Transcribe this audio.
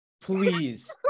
please